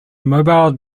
mobile